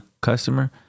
customer